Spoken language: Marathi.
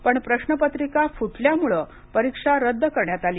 पण प्रश्नपत्रिका फुटल्यामुळे परीक्षा रद्द करण्यात आली